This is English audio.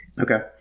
Okay